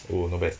oh not bad